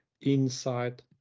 inside